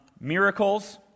miracles